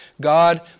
God